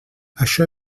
això